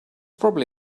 probably